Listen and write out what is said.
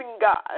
God